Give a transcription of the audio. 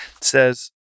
says